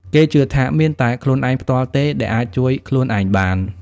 គេជឿថាមានតែខ្លួនឯងផ្ទាល់ទេដែលអាចជួយខ្លួនឯងបាន។